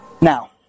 now